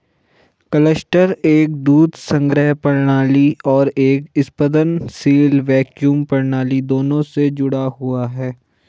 cluster एक दूध संग्रह प्रणाली और एक स्पंदनशील वैक्यूम प्रणाली दोनों से जुड़ा हुआ है